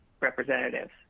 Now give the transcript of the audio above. representatives